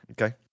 Okay